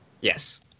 Yes